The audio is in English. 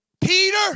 Peter